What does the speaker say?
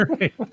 Right